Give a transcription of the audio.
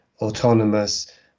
autonomous